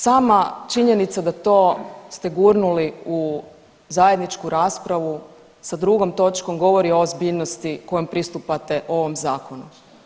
Sama činjenica da to ste gurnuli u zajedničku raspravu sa drugom točkom govori o ozbiljnosti kojom pristupate ovom zakonu.